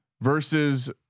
versus